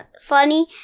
funny